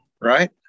right